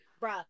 bro